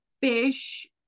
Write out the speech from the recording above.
fish